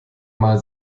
mal